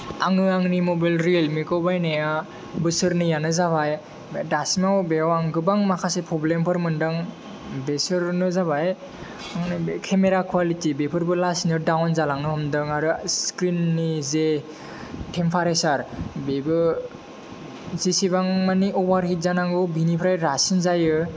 आङो आंनि मबाइल रियेलमिखौ बायनाया बोसोरनैयानो जाबाय ओमफाय दासिमाव बेयाव आं गोबां माखासे प्रब्लेमफोर मोनदों बेसोरनो जाबाय आंनि बे खेमेरा क्वालिटि बेफोरबो लासैनो दाउन जालांनो हमदों आरो स्क्रिननि जे थेम्पारेचार बेबो जेसेबां माने अभारहित जानांगौ बिनिफ्राय रासिन जायो